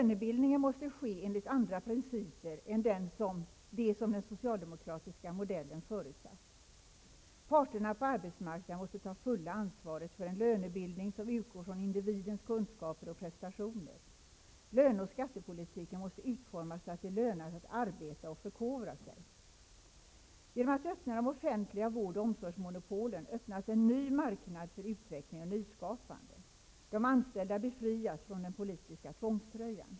Lönebildningen måste ske enligt andra principer än de principer som den socialdemokratiska modellen förutsatt. Parterna på arbetsmarknaden måste ta det fulla ansvaret för en lönebildning som utgår från individens kunskaper och prestationer. Löne och skattepolitiken måste utformas så att det lönar sig att arbeta och förkovra sig. Genom att öppna de offentliga vård och omsorgsmonopolen öppnas en ny marknad för utveckling och nyskapande. De anställda befrias från den politiska tvångströjan.